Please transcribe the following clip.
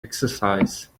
exercise